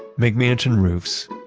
mcmansion roofs,